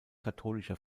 katholischer